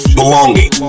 belonging